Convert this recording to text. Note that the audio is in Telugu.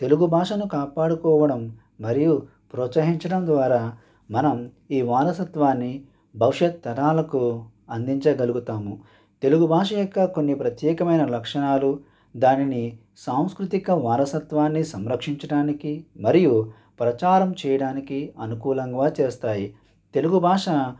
తెలుగు భాషను కాపాడుకోవడం మరియు ప్రోత్సహించడం ద్వారా మనం ఈ వారసత్వాన్ని భవిష్యత్తు తరాలకు అందించగలుగుతాము తెలుగు భాష యొక్క కొన్ని ప్రత్యేకమైన లక్షణాలు దాని సాంస్కృతిక వారసత్వాన్ని సంరక్షించడానికి మరియు ప్రచారం చేయడానికి అనుకూలంగా చేస్తాయి తెలుగు భాష